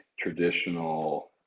traditional